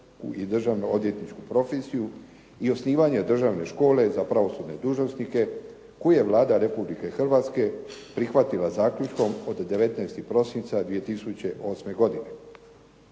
i državno odvjetničku profesiju i osnivanje državne škole za pravosudne dužnosnike koju je Vlada Republike Hrvatske prihvatila zaključkom od 19. prosinca 2008. godine.